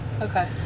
okay